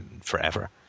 forever